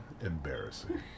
embarrassing